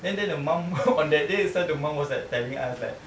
then then the mum on that day itself the mum was like telling us like